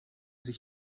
sich